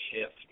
shift